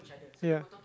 ya